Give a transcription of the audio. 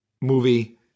movie